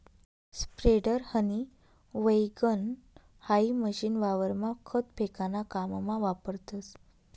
spreader, हनी वैगण हाई मशीन वावरमा खत फेकाना काममा वापरतस